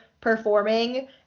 performing